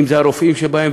אם זה הרופאים שבהם,